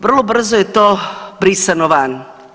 Vrlo brzo je to brisano van.